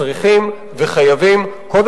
לא צריכים לסחוב את כל החוברת כל יום,